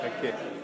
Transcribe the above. תחכה.